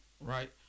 Right